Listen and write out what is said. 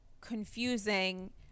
confusing